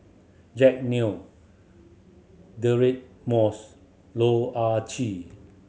Jack Neo Deirdre Moss Loh Ah Chee